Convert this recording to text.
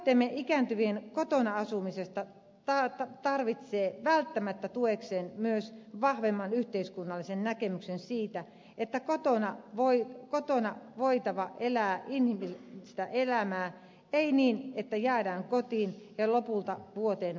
tavoitteemme ikääntyvien kotona asumisesta tarvitsee välttämättä tuekseen myös vahvemman yhteiskunnallisen näkemyksen siitä että kotona on voitava elää inhimillistä elämää ei niin että jäädään kotiin ja lopulta vuoteen vangiksi